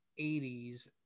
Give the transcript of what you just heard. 80s